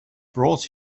brought